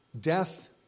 Death